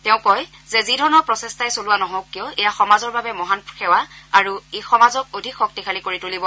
তেওঁ কয় যে যিধৰণৰ প্ৰচেষ্টাই চলোৱা নহও কিয় এয়া সমাজৰ বাবে মহান সেৱা আৰু ই সমাজক অধিক শক্তিশালী কৰি তুলিছে